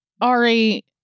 ari